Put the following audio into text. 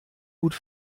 gut